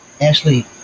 Ashley